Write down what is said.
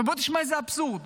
עכשיו,